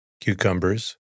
cucumbers